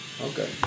Okay